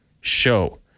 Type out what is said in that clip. show